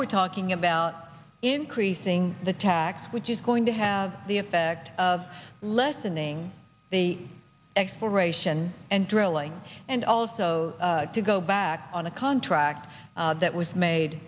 we're talking about increasing the tax which is going to have the effect of lessening the exploration and drilling also to go back on a contract that was made